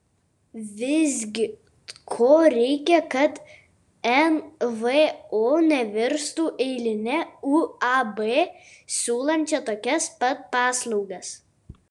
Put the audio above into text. visgi ko reikia kad nvo nevirstų eiline uab siūlančia tokias pat paslaugas